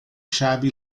shabby